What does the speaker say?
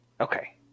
Okay